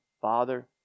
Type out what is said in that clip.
father